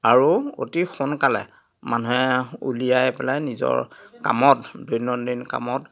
আৰু অতি সোনকালে মানুহে উলিয়াই পেলাই নিজৰ কামত দৈনন্দিন কামত